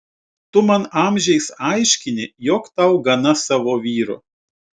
tu man amžiais aiškini jog tau gana savo vyro